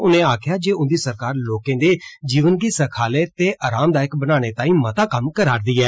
उनें आक्खेआ जे उंदी सरकार लोके दे जीवन गी सखालै ते अरामदायक बनाने तांई मता कम्म करा'रदी ऐ